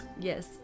yes